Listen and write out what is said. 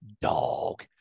dog